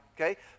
Okay